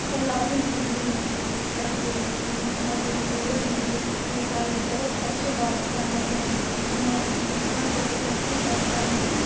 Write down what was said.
علاء الدین کھلجی نے بھی ایسے محمد بن تغلک نے بھی یہ سارے بہت اچھے بادشاہ تھے جنہوں نے ہندوستان کو ایک اچھی پہچان دیے